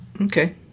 Okay